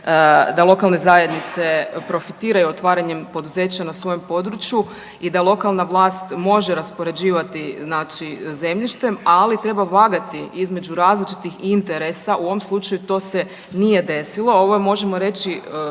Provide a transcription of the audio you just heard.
da lokalne zajednice profitiraju otvaranjem poduzeća na svojem području da lokalna vlast može raspoređivati zemljištem, ali treba vagati između različitih interesa u ovom slučaju to se nije desilo, ovo je možemo reći